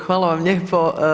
Hvala vam lijepo.